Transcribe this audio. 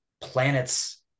planets